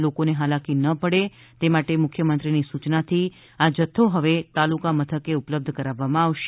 લોકોને હાલાકી ન પડે તે માટે મુખ્યમંત્રીની સુચનાથી આ જથ્થો હવે તાલુકા મથકે ઉપલબ્ધ કરાવવામાં આવશે